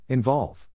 Involve